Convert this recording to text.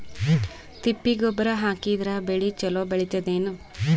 ತಿಪ್ಪಿ ಗೊಬ್ಬರ ಹಾಕಿದರ ಬೆಳ ಚಲೋ ಬೆಳಿತದೇನು?